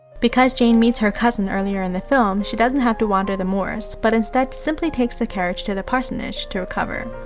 because jane meets her cousin earlier in the film, she doesn't have to wander the moors, but instead simply takes the carriage to the parsonage to recover.